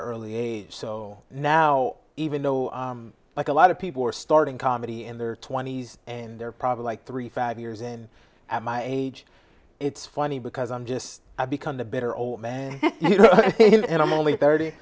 are early age so now even though like a lot of people are starting comedy in their twenty's and they're probably like three five years and at my age it's funny because i'm just i've become the bitter old man and i'm only thirty